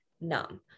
numb